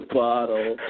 bottle